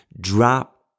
drop